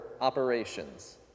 operations